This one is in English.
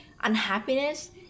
unhappiness